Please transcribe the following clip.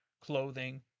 clothing